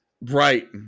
Right